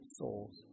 souls